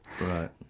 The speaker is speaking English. Right